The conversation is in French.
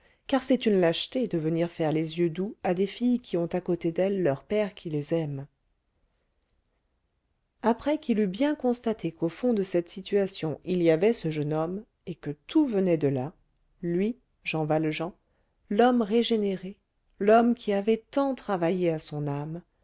car c'est une lâcheté de venir faire les yeux doux à des filles qui ont à côté d'elles leur père qui les aime après qu'il eut bien constaté qu'au fond de cette situation il y avait ce jeune homme et que tout venait de là lui jean valjean l'homme régénéré l'homme qui avait tant travaillé à son âme